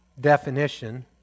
definition